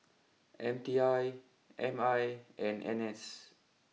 M T I M I and N S